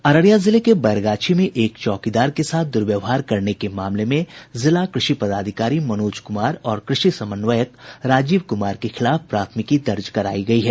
अररिया जिले के बैरगाछी में एक चौकीदार के साथ दुर्व्यवहार करने के मामले में जिला कृषि पदाधिकारी मनोज कुमार और कृषि समन्वयक राजीव कुमार के खिलाफ प्राथमिकी दर्ज करायी गयी है